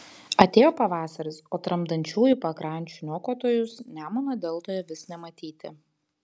atėjo pavasaris o tramdančiųjų pakrančių niokotojus nemuno deltoje vis nematyti